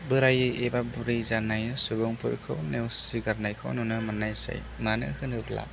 बोराय एबा बुरि जानाय सुबुंफोरखौ नेवसिगारनायखौ नुनो मोन्नाय जायो मानो होनोब्ला